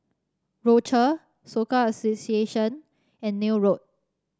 Rochor Soka Association and Neil Road